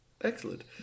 Excellent